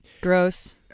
Gross